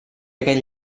aquest